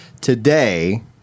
today